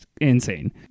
insane